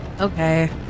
Okay